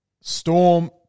Storm